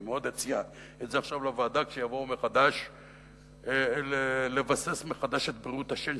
אני אציע את זה לוועדה כשיבואו לבסס מחדש את בריאות השן,